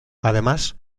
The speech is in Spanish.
además